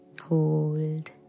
hold